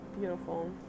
beautiful